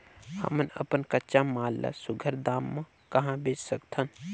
हमन अपन कच्चा माल ल सुघ्घर दाम म कहा बेच सकथन?